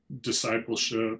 discipleship